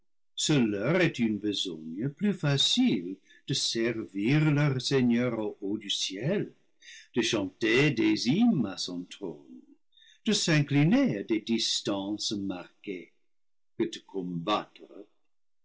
une besogne plus facile de servir leur seigneur au haut du ciel de chanter des hymnes à son trône de s'incliner à des distances marquées